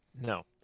No